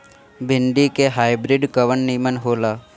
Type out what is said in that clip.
भिन्डी के हाइब्रिड कवन नीमन हो ला?